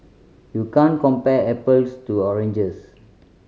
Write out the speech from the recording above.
you can't compare apples to oranges